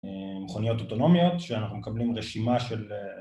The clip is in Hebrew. מכוניות אוטונומיות שאנחנו מקבלים רשימה של